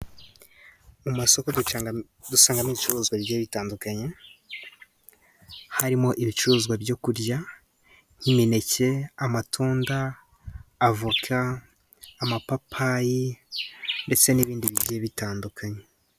Mu masoko dusanga ibicuruzwa bigiye bitandukanye harimo ibicuruzwa byo kurya nk'imineke ,amatunda, avoka, amapapayi ndetse n'ibindi bigiye bitandukanye.